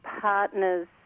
partners